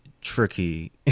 tricky